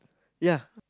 ya